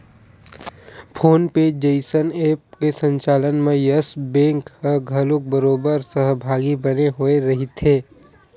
phone पे जइसन app के संचालन म यस बेंक ह घलोक बरोबर सहभागी बने होय रहिथे